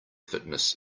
fitness